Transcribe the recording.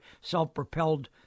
self-propelled